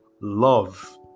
Love